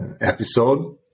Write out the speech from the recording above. episode